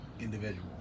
individual